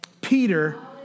Peter